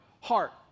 heart